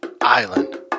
Island